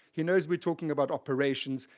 he knows we're talking about operations.